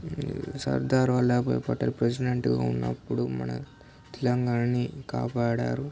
సర్దార్ వల్లభాయ్ పటేల్ ప్రెసిడెంట్గా ఉన్నప్పుడు మన తెలంగాణని కాపాడారు